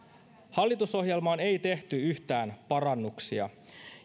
hallitusohjelmaan ei tehty yhtään parannuksia